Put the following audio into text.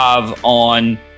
on